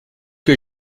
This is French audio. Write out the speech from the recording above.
que